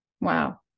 Wow